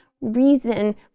reason